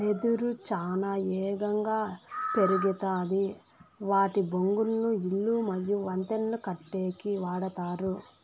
వెదురు చానా ఏగంగా పెరుగుతాది వాటి బొంగులను ఇల్లు మరియు వంతెనలను కట్టేకి వాడతారు